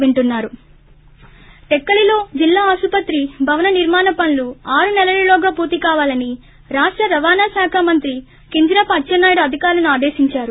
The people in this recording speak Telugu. బ్రేక్ టెక్కలీలో జిల్లా ఆసుపత్రి భవన నిర్మాణ పనులు ఆరునెలలలోగా పూర్తి కావాలని రాష్ట రవాణా శాఖ మంత్రి కింజరాపు అచ్చెన్నాయుడు అధికారులను ఆదేశిందారు